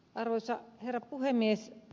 arvoisa herra puhemies